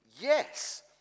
Yes